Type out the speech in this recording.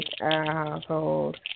household